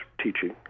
teaching